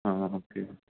ആ ഓക്കേ